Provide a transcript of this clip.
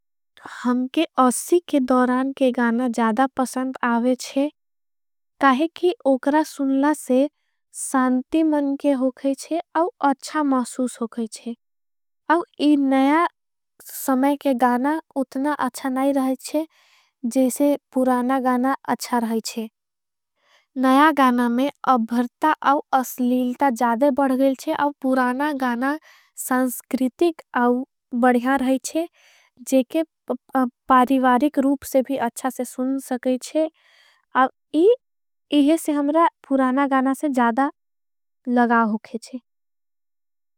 हमके के दोरान के गाना ज़्यादा पसंद आवेच्छे। काहे कि उकरा सुनला से सांति मन के होखेच्छे। अव अच्छा मासूस होखेच्छे अव इन नया समय के। गाना उतना अच्छा नाई रहेच्छे जैसे पुराना गाना अच्छा। हेच्छे नया गाना में अभरता अव असलीलता ज़्यादे बढ़। गईल छे अव पुराना गाना संस्कृतिक अव बढ़िया रहेच्छे। जे के पारिवारिक रूप से भी अच्छा से सुन सकेच्छे। अव इहे से हमरा पुराना गाना से ज़्यादा लगा होखेच्छे।